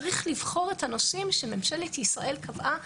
צריך לבחור את הנושאים שממשלת ישראל קבעה